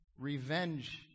revenge